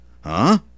Huh